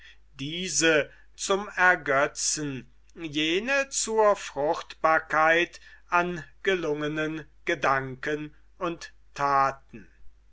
diese zum ergötzen jene zur fruchtbarkeit an gelungenen gedanken und thaten